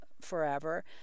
forever